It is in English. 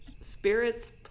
spirits